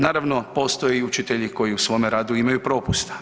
Naravno postoje i učitelji koji u svom radu imaju propusta.